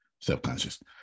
Self-conscious